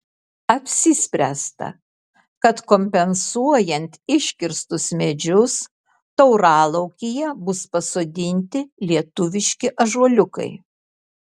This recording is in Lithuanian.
apsispręsta kad kompensuojant iškirstus medžius tauralaukyje bus pasodinti lietuviški ąžuoliukai